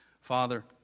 Father